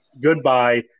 Goodbye